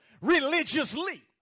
religiously